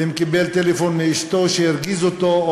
ואם קיבל טלפון מאשתו שהרגיז אותו.